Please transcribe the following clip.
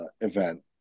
event